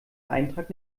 eintrag